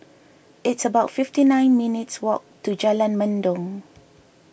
it's about fifty nine minutes' walk to Jalan Mendong